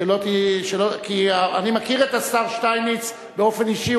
כי אני מכיר את השר שטייניץ באופן אישי,